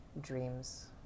dreams